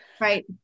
Right